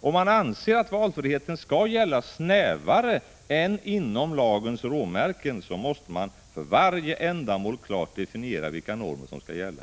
Om man anser att valfriheten skall gälla snävare än inom lagens råmärken, måste man för varje ändamål klart definiera vilka normer som skall gälla.